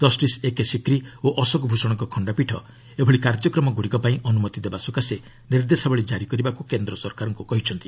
justice A K Sikri ଓ ଅଶୋକ ଭୂଷଣଙ୍କ ଖଣ୍ଡପୀଠ ଏଭଳି କାର୍ଯ୍ୟକ୍ରମଗୁଡ଼ିକ ପାଇଁ ଅନୁମତି ଦେବା ସକାଶେ ନିର୍ଦ୍ଦେଶାବଳୀ କାରି କରିବାକୁ କେନ୍ଦ୍ର ସରକାରଙ୍କୁ କହିଛନ୍ତି